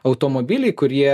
automobiliai kurie